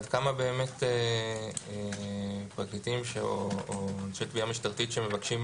עד כמה באמת פרקליטים או אנשי תביעה משטרתית שמבקשים